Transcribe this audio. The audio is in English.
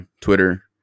Twitter